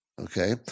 Okay